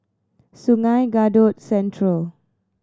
Sungei Kadut Central